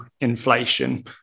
inflation